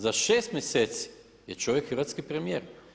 Za 6 mjeseci je čovjek hrvatski premijer.